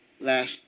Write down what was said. last